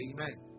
Amen